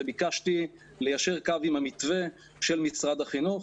וביקשתי ליישר קו עם המתווה של משרד החינוך.